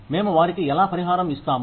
మేము వారికి ఎలా పరిహారం ఇస్తాము